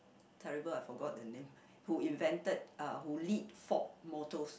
terrible I forget the name who invented uh who lead Ford motors